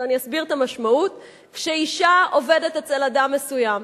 אני אסביר את המשמעות: כשאשה עובדת אצל אדם מסוים,